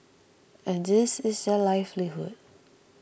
and this is their livelihood